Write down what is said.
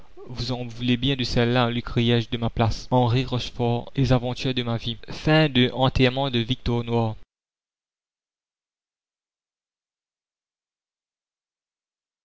bien de celle-là lui criai-je de ma place henri rochefort les aventures de ma vie